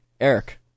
Eric